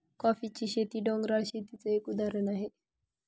कॉफीची शेती, डोंगराळ शेतीच एक उदाहरण आहे